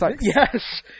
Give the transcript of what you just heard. Yes